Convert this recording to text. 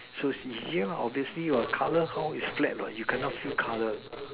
so it's easier lah obviously what colour how is flat what you cannot feel colour